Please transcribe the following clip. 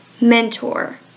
mentor